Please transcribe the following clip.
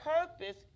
purpose